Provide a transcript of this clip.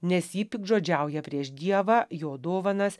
nes ji piktžodžiauja prieš dievą jo dovanas